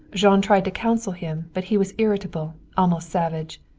jean tried to counsel him, but he was irritable, almost savage.